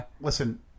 listen